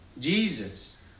Jesus